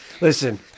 Listen